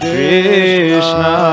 Krishna